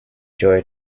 joy